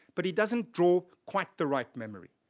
but he doesn't draw quite the right memory.